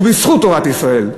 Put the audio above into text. ובזכות תורת ישראל.